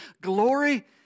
glory